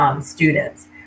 students